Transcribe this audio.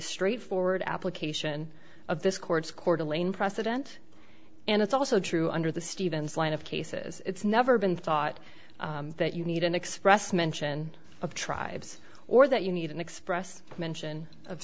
straightforward application of this court's court alayne precedent and it's also true under the stevens line of cases it's never been thought that you need an express mention of tribes or that you need an express mention of